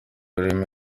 y’ururimi